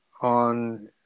on